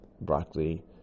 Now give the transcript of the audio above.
broccoli